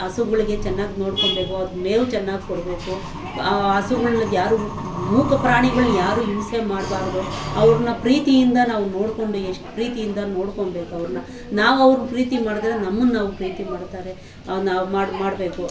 ಹಸುಗಳಿಗೆ ಚೆನ್ನಾಗ್ ನೋಡ್ಕೊಬೇಕು ಮೇವು ಚೆನ್ನಾಗ್ ಕೊಡಬೇಕು ಆ ಹಸುಗಳ್ಗ್ ಯಾರು ಮೂಕ ಪ್ರಾಣಿಗಳಿಗೆ ಯಾರು ಹಿಂಸೆ ಮಾಡಬಾರ್ದು ಅವ್ರನ್ನ ಪ್ರೀತಿಯಿಂದ ನಾವು ನೋಡಿಕೊಂಡು ಎಷ್ಟು ಪ್ರೀತಿಯಿಂದ ನೋಡ್ಕೊಬೇಕ್ ಅವ್ರನ್ನ ನಾವು ಅವ್ರನ್ನ ಪ್ರೀತಿ ಮಾಡಿದ್ರೆ ನಮ್ಮನ್ನು ಅವ್ರು ಪ್ರೀತಿ ಮಾಡ್ತಾರೆ ಹಾಗೆ ನಾವು ಮಾಡ ಮಾಡಬೇಕು